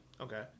Okay